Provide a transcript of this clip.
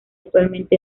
actualmente